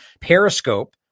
Periscope